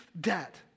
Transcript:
debt